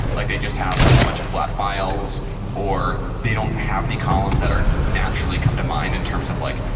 like they just have like a bunch of flat files or they don't have any columns that naturally come to mind in terms of like,